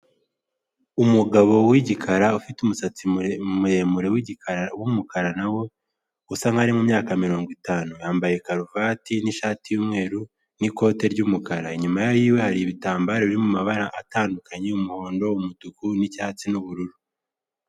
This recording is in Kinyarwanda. Umugabo w'igikara ufite umusatsi muremu muremure w'igikara w'umukara nawe usa hari ari mumyaka mirongo itanu yambaye karuvati n'ishati y'umweru n'ikote ry'umukara inyuma yari iba hari ibitambaro birimabara atandukanye umuhondo umutuku n nicyatsi n'ubururu.